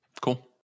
Cool